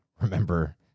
remember